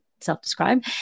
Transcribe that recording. self-describe